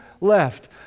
left